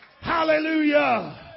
Hallelujah